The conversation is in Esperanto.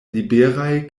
liberaj